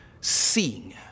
seeing